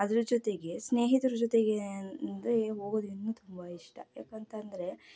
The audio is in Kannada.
ಅದ್ರ ಜೊತೆಗೆ ಸ್ನೇಹಿತ್ರ ಜೊತೆಗೆ ಅಂದರೆ ಹೋಗೋದು ಇನ್ನು ತುಂಬ ಇಷ್ಟ ಯಾಕಂತಂದರೆ